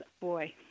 Boy